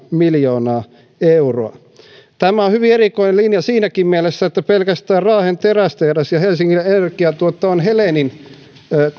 miljoonaa euroa tämä on hyvin erikoinen linja siinäkin mielessä että pelkästään raahen terästehdas ja helsingin energiana tunnetun helenin